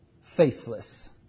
faithless